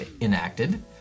enacted